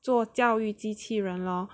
做教育机器人 lor